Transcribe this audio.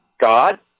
God